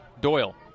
Doyle